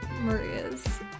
Maria's